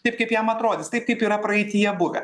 taip kaip jam atrodys taip kaip yra praeityje buvę